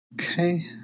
Okay